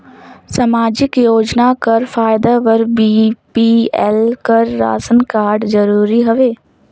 समाजिक योजना कर फायदा बर बी.पी.एल कर राशन कारड जरूरी हवे?